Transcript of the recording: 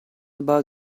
about